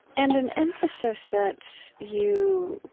and an emphasis that you,